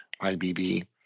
IBB